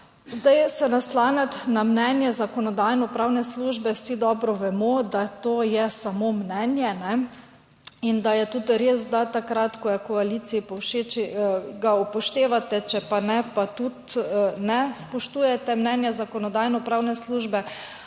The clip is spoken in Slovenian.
Zdaj, se naslanjati na mnenje Zakonodajno-pravne službe, vsi dobro vemo, da to je samo mnenje in da je tudi res, da takrat ko je koaliciji povšeči, ga upoštevate, če pa ne, pa tudi ne spoštujete mnenja Zakonodajno-pravne službe.